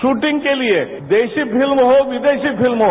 shooting के लिए देशी फिल्म हो विदेशी फिल्म हो